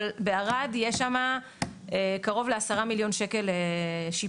אבל בערד יש שמה קרוב לעשרה מיליון שקל שיפוץ,